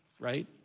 right